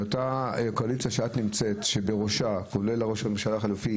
הקואליציה שאת נמצאת בה שבראשה ראש הממשלה החליפי